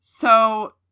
So-